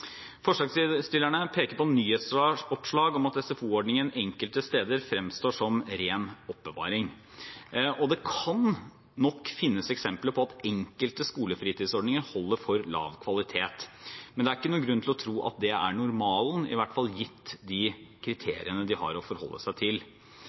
Forslagsstillerne peker på nyhetsoppslag om at SFO-ordningen enkelte steder fremstår som ren oppbevaring. Det kan nok finnes eksempler på at enkelte skolefritidsordninger holder for lav kvalitet, men det er ikke noen grunn til å tro at det er normalen, i hvert fall gitt de